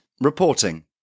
reporting